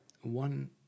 one